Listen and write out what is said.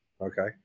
okay